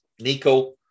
Nico